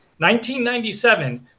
1997